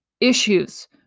issues